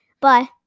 Bye